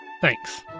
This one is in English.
Thanks